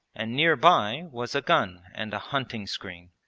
and near by was a gun and a hunting-screen.